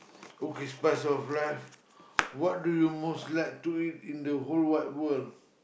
okay spice of life what do you most like to eat in the whole wide world